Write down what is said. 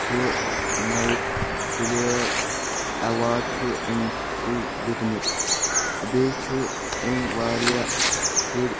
چُھ نایٹ بِلیر ایواڈ چھُ أمسےٕ دیُتمُت بیٚیہِ چھ أمۍ واریاہ شُرۍ